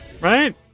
Right